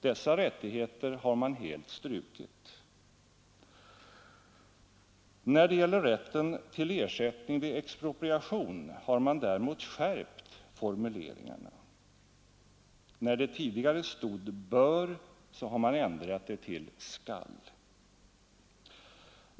Dessa rättigheter har man helt strukit. När det gäller rätten till ersättning vid expropriation har man däremot skärpt formuleringarna, ordet bör har ändrats till skall.